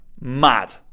mad